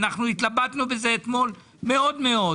אנחנו התלבטנו בזה אתמול מאוד מאוד.